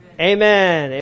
Amen